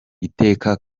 iteka